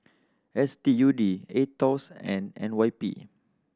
S T U D Aetos and N Y P